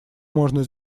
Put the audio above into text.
можно